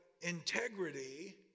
integrity